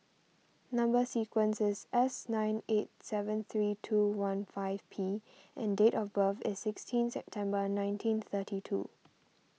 Number Sequence is S nine eight seven three two one five P and date of birth is sixteen September nineteen thirty two